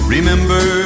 Remember